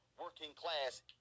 working-class